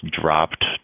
dropped